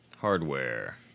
Hardware